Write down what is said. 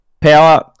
Power